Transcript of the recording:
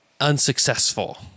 unsuccessful